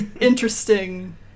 interesting